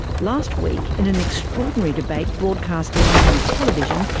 last week, in an extraordinary debate broadcast live on television,